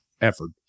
effort